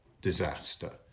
disaster